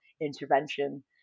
intervention